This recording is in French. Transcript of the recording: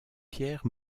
pierre